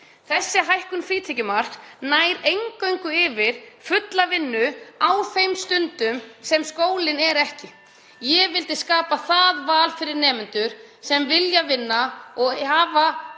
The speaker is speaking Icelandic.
Þessi hækkun frítekjumarks nær eingöngu yfir fulla vinnu á þeim stundum sem skólinn er ekki. (Forseti hringir.) Ég vildi skapa það val fyrir nemendur sem vilja vinna og hafa